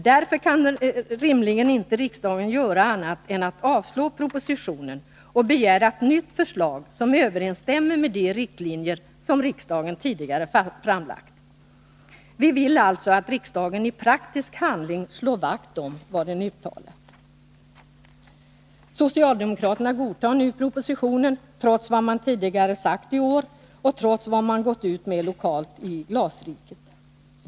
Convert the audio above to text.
Därför kan riksdagen rimligen inte göra annat än avslå propositionen och begära ett nytt förslag som överensstämmer med de riktlinjer som riksdagen tidigare har framlagt. Vi vill alltså att riksdagen i praktisk handling skall slå vakt om vad den uttalat. Socialdemokraterna godtar nu propositionen, trots vad man sagt tidigare i år och trots vad man gått ut med lokalt i ”Glasriket”.